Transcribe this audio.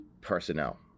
personnel